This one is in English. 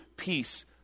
peace